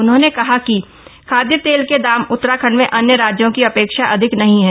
उन्होंने कहा कि खादय तेल के दाम उतराखण्ड में अन्य राज्यों की अपेक्षा अधिक नहीं है